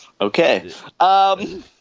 Okay